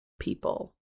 People